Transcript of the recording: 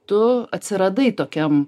tu atsiradai tokiam